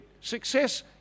Success